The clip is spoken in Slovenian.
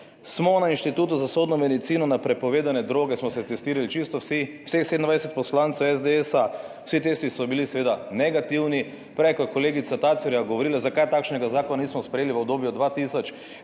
smo na Inštitutu za sodno medicino na prepovedane droge smo se testirali čisto vsi, vseh 27 poslancev SDS. Vsi testi so bili seveda negativni. Prej, ko je kolegica Tacerja govorila, zakaj takšnega zakona nismo sprejeli v obdobju 2020